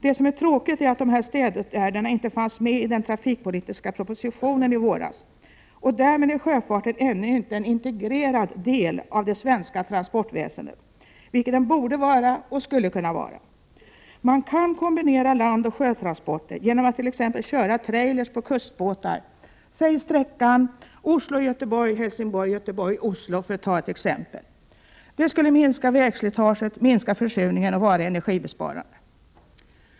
Det som är tråkigt är att de stödåtgärderna inte fanns med i den trafikpolitiska propositionen i våras och att sjöfarten därmed ännu inte är en integrerad del av det svenska transportväsendet, vilket den borde vara och skulle kunna vara. Man kan kombinera landoch sjötransporter genom att t.ex. köra trailer på kustbåtar, t.ex. på sträckan Oslo-Göteborg-Helsingborg-Göteborg-Oslo. Det skulle minska vägslitaget, minska försurningen och vara energibesparande.